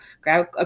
grab